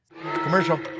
Commercial